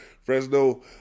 Fresno